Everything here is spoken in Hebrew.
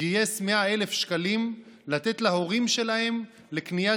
גייס 100,000 שקלים לתת להורים שלהם לקניית